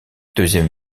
deuxième